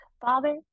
Father